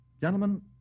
Gentlemen